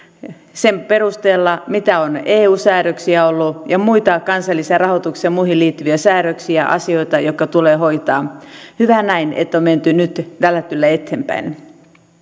sen perusteella mitä on ollut eu säädöksiä ja muita kansalliseen rahoitukseen ja muuhun liittyviä säädöksiä asioita jotka tulee hoitaa hyvä näin että on menty nyt tällä tyylillä eteenpäin